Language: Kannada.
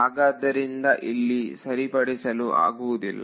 ಹಾಗಾದ್ದರಿಂದ ಇಲ್ಲಿ ಸರಿಪಡಿಸಲು ಆಗುವುದಿಲ್ಲ